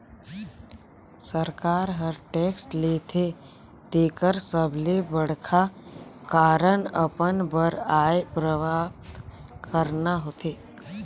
सरकार हर टेक्स लेथे तेकर सबले बड़खा कारन अपन बर आय प्राप्त करना होथे